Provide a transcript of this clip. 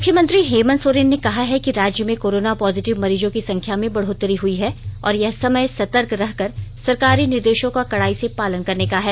मुख्यमंत्री हेमन्त सोरेन ने कहा है कि राज्य में कोरोना पॉजिटिव मरीजों की संख्या में बढ़ोतरी हुई है और यह समय सतर्क रहकर सरकारी निर्देशों का कड़ाई से पालन करने का है